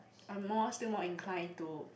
I more still more incline to